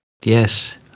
Yes